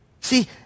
See